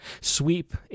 sweep